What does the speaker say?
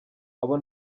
abo